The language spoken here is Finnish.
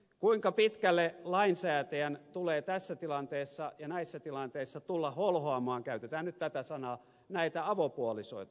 kuinka pitkälle lainsäätäjän tulee tässä tilanteessa ja näissä tilanteissa tulla holhoamaan käytetään nyt tätä sanaa näitä avopuolisoita